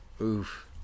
Oof